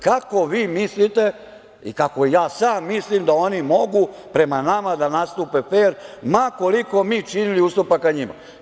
Kako vi mislite i kako ja sam mislim da oni mogu prema nama da nastupe fer, ma koliko mi činili ustupaka njima?